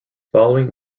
following